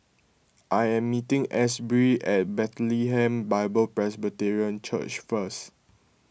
I am meeting Asberry at Bethlehem Bible Presbyterian Church first